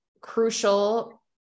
crucial